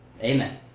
Amen